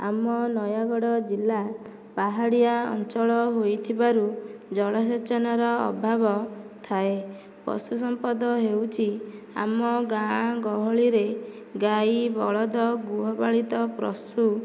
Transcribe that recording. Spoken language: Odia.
ଆମ ନୟାଗଡ଼ ଜିଲ୍ଲା ପାହାଡ଼ିଆ ଅଞ୍ଚଳ ହୋଇଥିବାରୁ ଜଳସେଚନର ଅଭାବ ଥାଏ ପଶୁ ସମ୍ପଦ ହେଉଛି ଆମ ଗାଁ ଗହଳିରେ ଗାଈ ବଳଦ ଗୁହପାଳିତ ପ୍ରଶୁ